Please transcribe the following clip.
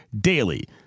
DAILY